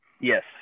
Yes